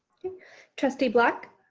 trustee black.